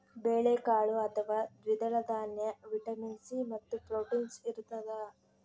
ಬೇಳೆಕಾಳು ಅಥವಾ ದ್ವಿದಳ ದಾನ್ಯ ವಿಟಮಿನ್ ಸಿ ಮತ್ತು ಪ್ರೋಟೀನ್ಸ್ ಇರತಾದ